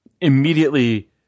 immediately